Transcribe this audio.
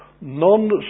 Non